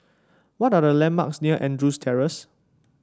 what are the landmarks near Andrews Terrace